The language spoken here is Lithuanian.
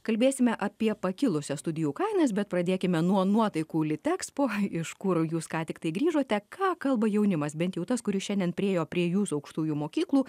kalbėsime apie pakilusias studijų kainas bet pradėkime nuo nuotaikų litexpo iš kur jūs ką tik grįžote ką kalba jaunimas bent jau tas kuris šiandien priėjo prie jūsų aukštųjų mokyklų